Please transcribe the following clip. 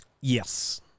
Yes